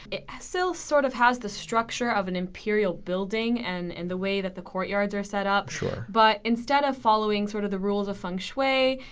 it still sort of has the structure of an imperial building, and and the way that the courtyards are set up. sure. but instead of following sort of the rules of feng shui,